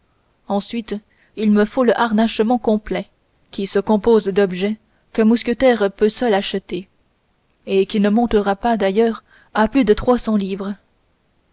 ensuite il me faut le harnachement complet qui se compose d'objets qu'un mousquetaire seul peut acheter et qui ne montera pas d'ailleurs à plus de trois cents livres